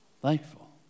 Thankful